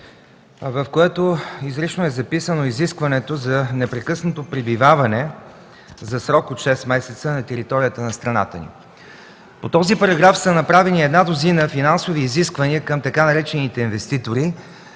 в което изрично е записано изискването за непрекъснато пребиваване за срок от шест месеца на територията на страната ни. По този параграф са направени една дузина финансови изисквания към така наречените инвеститори